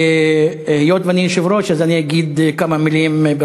והיות שאני יושב-ראש אז אני אגיד כמה מילים,